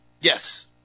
Yes